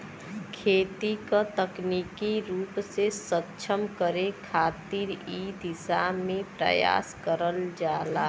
खेती क तकनीकी रूप से सक्षम करे खातिर इ दिशा में प्रयास करल जाला